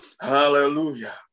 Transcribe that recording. Hallelujah